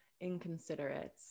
inconsiderate